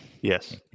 Yes